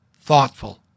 thoughtful